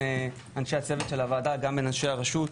אנשי הצוות של הוועדה וגם בין אנשי הרשות.